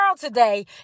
today